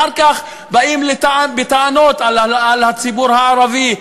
אחר כך באים בטענות על הציבור הערבי,